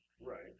Right